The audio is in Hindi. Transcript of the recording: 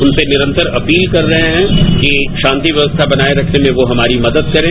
उनसे निरंतर अपील कर रहे हैं कि शांति व्यवस्था बनाये रखने में वो हमारी मदद करें